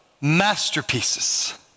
masterpieces